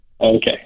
Okay